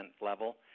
level